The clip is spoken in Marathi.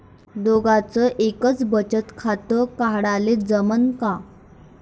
दोघाच एकच बचत खातं काढाले जमनं का?